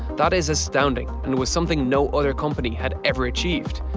that is astounding and was something no other company had ever achieved.